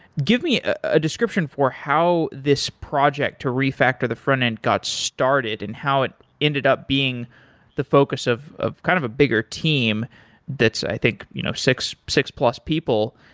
give me a description for how this project to refactor the front-end got started and how it ended up being the focus of of kind of a bigger team that's, i think, you know, six six plus people?